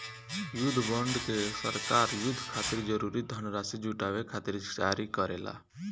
युद्ध बॉन्ड के सरकार युद्ध खातिर जरूरी धनराशि जुटावे खातिर जारी करेला